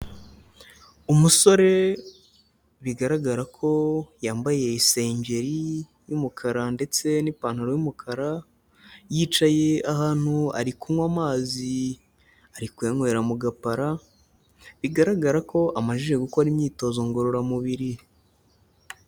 Umusore bigaragara ko yambaye isengeri y'umukara ndetse n'ipantaro y'umukara, yicaye ahantu ari kunywa amazi, ari kuywera mu gapara bigaragara ko amajije gukora imyitozo ngororamubiri.